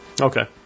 Okay